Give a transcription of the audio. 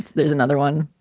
there's another one.